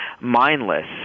mindless